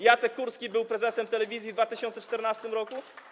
Jacek Kurski był prezesem telewizji w 2014 r.